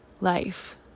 life